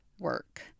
work